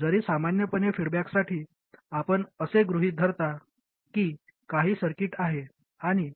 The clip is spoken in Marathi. जरी सामान्यपणे फीडबॅकसाठी आपण असे गृहित धरता की काही सर्किट आहे आणि